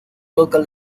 local